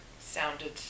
sounded